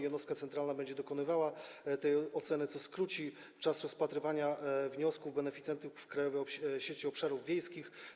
Jednostka centralna będzie dokonywała tej oceny, co skróci czas rozpatrywania wniosku beneficjentów w Krajowej Sieci Obszarów Wiejskich.